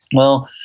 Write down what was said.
well,